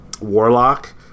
Warlock